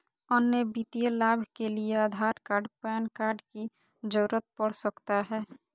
अन्य वित्तीय लाभ के लिए आधार कार्ड पैन कार्ड की जरूरत पड़ सकता है?